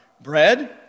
Bread